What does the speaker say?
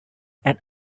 and